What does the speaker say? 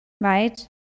right